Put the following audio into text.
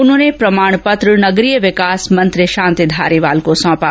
उन्होंने प्रमाण पत्र नगरीय विकास मंत्री शांति धारीवाल को सौंपा